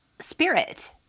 spirit